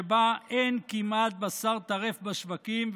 שבה אין כמעט בשר טרף בשווקים,